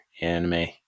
anime